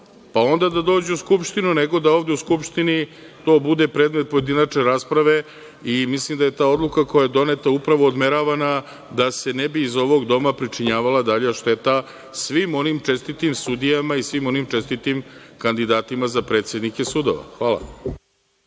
pa onda da dođu u Skupštinu, nego da ovde u Skupštini to bude predmet pojedinačne rasprave. Mislim da je ta odluka koja je doneta upravo odmeravana da se ne bi iz ovog doma pričinjavala dalja šteta svim onim čestitim sudijama i svim onim čestitim kandidatima za predsednike sudova. Hvala.